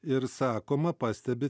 ir sakoma pastebi